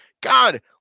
God